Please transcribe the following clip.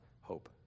hope